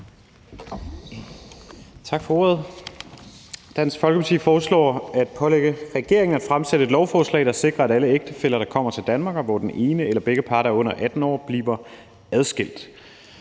Tak for ordet. Dansk Folkeparti foreslår at pålægge regeringen at fremsætte et lovforslag, der sikrer, at alle ægtefæller, der kommer til Danmark, bliver adskilt, hvis den ene eller begge parter er under 18 år.